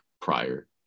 prior